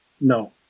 No